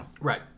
Right